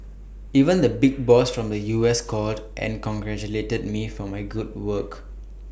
even the big boss from the U S called and congratulated me for my good work